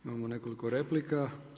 Imamo nekoliko replika.